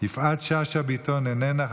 יפעת שאשא ביטון, איננה.